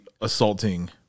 Assaulting